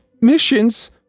missions